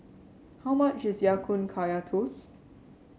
how much is Ya Kun Kaya Toast